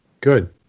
good